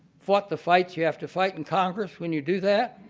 fought the fights you have to fight in congress when you do that.